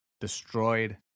destroyed